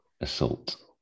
assault